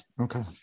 Okay